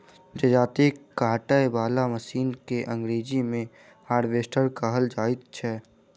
जजाती काटय बला मशीन के अंग्रेजी मे हार्वेस्टर कहल जाइत छै